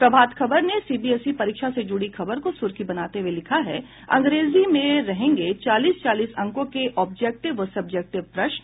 प्रभात खबर ने सीबीएसई परीक्षा से जुड़ी खबर को सुर्खी बनाते हुये लिखा है अंग्रेजी में रहेंगे चालीस चालीस अंकों के ऑब्जेक्टिव व सब्जेक्टिव प्रश्न